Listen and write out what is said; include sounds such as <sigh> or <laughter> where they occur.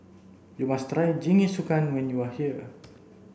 you must <unintelligible> Jingisukan when you are here